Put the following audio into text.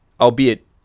albeit